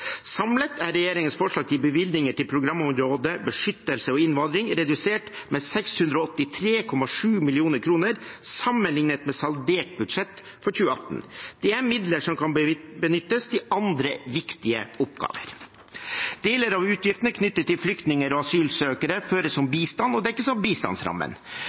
Samlet er regjeringens forslag til bevilgninger til programkategori Beskyttelse og innvandring redusert med 683,7 mill. kr sammenlignet med saldert budsjett for 2018. Det er midler som kan benyttes til andre viktige oppgaver. Deler av utgiftene knyttet til flyktninger og asylsøkere føres som bistand og dekkes av bistandsrammen.